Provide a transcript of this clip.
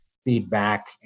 feedback